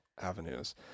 avenues